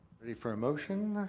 ready for a motion?